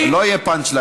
שישו,